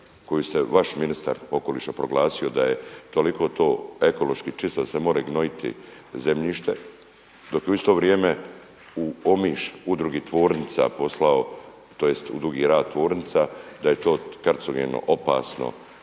koju je vaš ministar okoliša proglasio da je toliko to ekološki čisto da se more gnojiti zemljište, dok je u isto vrijeme u Omiš Udrugi tvornica poslao tj. u Dugi Rat tvornica da je to kancerogeno opasno.